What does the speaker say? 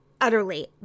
utterly